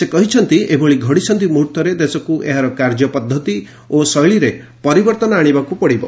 ସେ କହିଛନ୍ତି ଏଭଳି ଘଡ଼ିସନ୍ଧି ମୁହର୍ତ୍ତରେ ଦେଶକୁ ଏହାର କାର୍ଯ୍ୟ ପଦ୍ଧତି ଓ ଶୈଳୀରେ ପରିବର୍ତ୍ତନ ଆଶିବାକୁ ପଡ଼ିବ